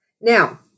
Now